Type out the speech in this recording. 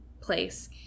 place